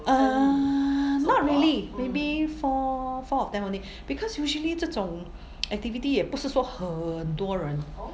err not really maybe four four of them only because usually 这种 activity 也不是说很多人